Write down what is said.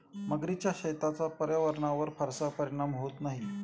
मगरीच्या शेतीचा पर्यावरणावर फारसा परिणाम होत नाही